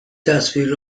تصویر